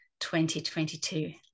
2022